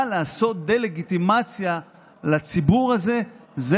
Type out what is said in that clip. אבל לעשות דה-לגיטימציה לציבור הזה זה